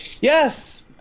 Yes